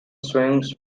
swims